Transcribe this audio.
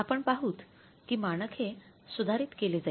आपण पाहूत की मानक हे सुधारित केले जाईल